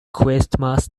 christmas